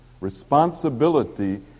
responsibility